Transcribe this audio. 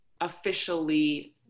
officially